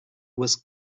with